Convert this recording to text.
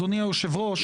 אדוני היושב ראש,